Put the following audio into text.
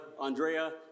Andrea